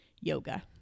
yoga